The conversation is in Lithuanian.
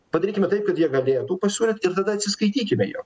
padarykime taip kad jie galėtų pasiūlyt ir tada atsiskaitykime jiem